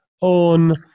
on